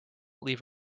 leave